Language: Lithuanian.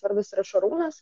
vardas yra šarūnas